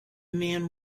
man